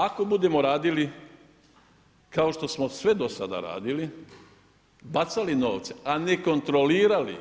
Ako budemo radili kao što smo sve do sada radili, bacali novce, a ne kontrolirano